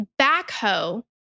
backhoe